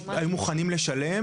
לכן מה שאתה מציע פה